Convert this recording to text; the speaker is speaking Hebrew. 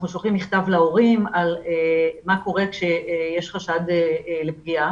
אנחנו שולחים מכתב להורים על מה קורה כשיש חשד לפגיעה.